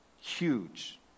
Huge